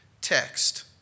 text